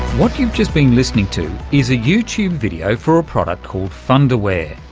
what you've just been listening to is a youtube video for a product called fundawear.